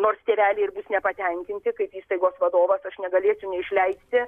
nors tėveliai ir bus nepatenkinti kaip įstaigos vadovas aš negalėsiu neišleisti